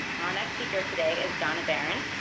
our next speaker today is donna behrens.